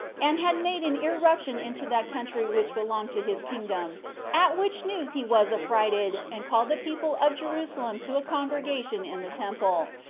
and had made an irruption into that country which belonged to his kingdom at which news he was affrighted, and called the people of jerusalem to a congregation in the temple,